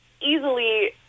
easily